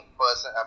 person